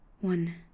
One